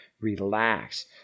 relax